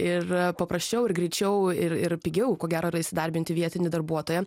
ir paprasčiau ir greičiau ir ir pigiau ko gero yra įsidarbinti vietinį darbuotoją